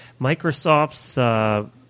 Microsoft's